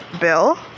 Bill